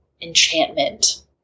enchantment